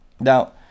Now